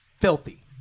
filthy